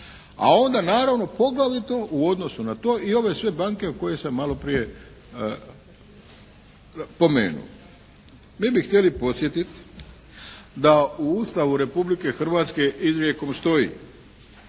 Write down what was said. A onda naravno poglavito u odnosu na to i ove sve banke koje sam malo prije pomenuo. Mi bi htjeli podsjetiti da u Ustavu Republike Hrvatske izrijekom stoji,